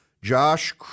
Josh